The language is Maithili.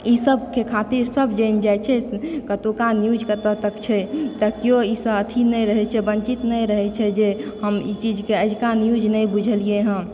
ईसब के ख़ातिर सब जानि जाइ छै कतुका के न्यूज़ कतौ तक छै तऽ केओ एहिसॅं अथी नहि रहै छै वंचित नहि रहै छै जे हम ई चीज के आजुका न्यूज़ नहि बुझलियै हँ